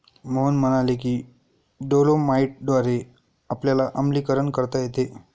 मोहन म्हणाले की डोलोमाईटद्वारे आपल्याला आम्लीकरण करता येते